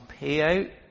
payout